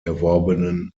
erworbenen